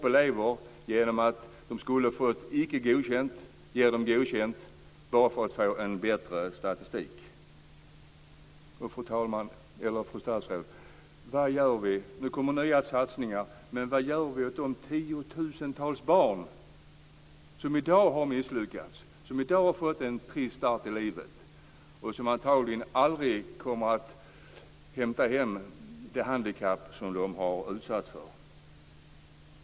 Elever som borde få Icke godkänd ges betyget Godkänd bara för att man vill ha en bättre statistik. Fru statsråd! Det kommer nu nya satsningar, men vad gör vi för de tiotusentals barn som i dag har misslyckats, fått en trist start i livet och antagligen aldrig kommer att kunna kompensera de handikapp som de har fått?